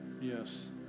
Yes